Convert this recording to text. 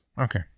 Okay